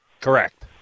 Correct